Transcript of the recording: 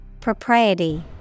Propriety